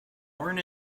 born